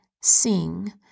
sing